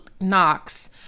knox